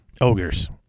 ogres